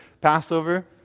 Passover